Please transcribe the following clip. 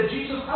Jesus